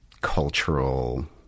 cultural